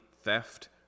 theft